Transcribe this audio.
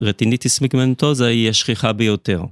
רטיניטיס פיגמנטוזה היא השכיחה ביותר.